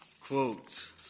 quote